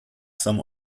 some